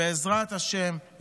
בעזרת השם,